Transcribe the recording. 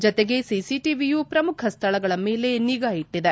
ಜತೆಗೆ ಸಿಸಿಟಿವಿಯು ಪ್ರಮುಖ ಸ್ಟಳಗಳ ಮೇಲೆ ನಿಗಾ ಇಟ್ಸಿದೆ